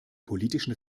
politischen